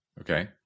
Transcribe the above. Okay